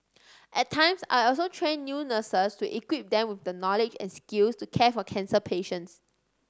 at times I also train new nurses to equip them with the knowledge and skills to care for cancer patients